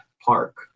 park